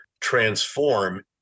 transform